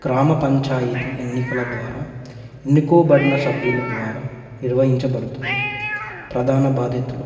గ్రామపంచాయతీ ఎన్నికల ద్వారా ఎన్నకోబడిన సభ్యుల ద్వారా నిర్వహించబడుతుంది ప్రధాన బాధ్యతులు